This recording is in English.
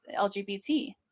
LGBT